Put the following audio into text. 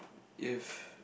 if